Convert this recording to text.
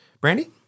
Brandy